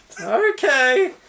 Okay